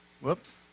Whoops